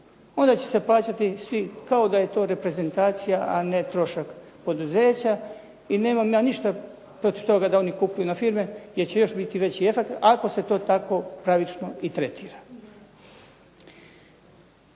Onda će se plaćati svi, kao da je to reprezentacija, a ne trošak poduzeća i nemam ja ništa protiv toga da oni kupuju na firme jer će još biti veći efekt ako se to tako pravično i tretira.